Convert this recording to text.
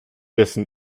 dessen